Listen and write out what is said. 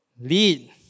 lead